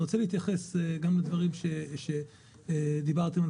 אני רוצה להתייחס גם לדברים שדיברתם על